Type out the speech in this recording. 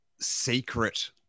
secret